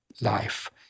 life